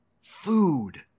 food